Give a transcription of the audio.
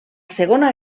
segona